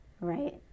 right